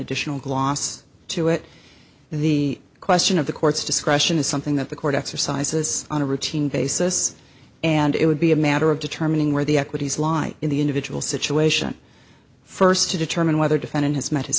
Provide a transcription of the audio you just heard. additional gloss to it in the question of the court's discretion is something that the court exercises on a routine basis and it would be a matter of determining where the equities lie in the individual situation first to determine whether defendant has met